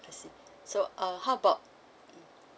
I see so uh how about